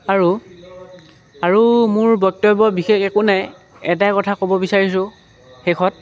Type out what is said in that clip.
আৰু আৰু মোৰ বক্তব্য বিশেষ একো নাই এটাই কথা ক'ব বিচাৰিছোঁ শেষত